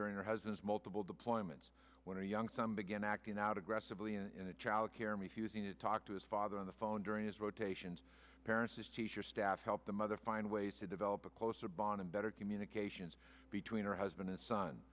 during her husband's multiple deployments when a young son began acting out aggressively in child care and he was in a talk to his father on the phone during his rotations paresis teacher staff help the mother find ways to develop a closer bond a better communications between her husband and son